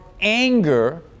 anger